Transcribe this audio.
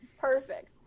Perfect